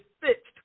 fixed